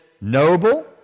noble